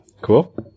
Cool